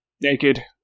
Naked